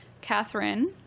Catherine